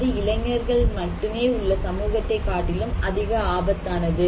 அது இளைஞர்கள் மட்டுமே உள்ள சமூகத்தை காட்டிலும் அதிக ஆபத்தானது